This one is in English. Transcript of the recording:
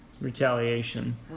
retaliation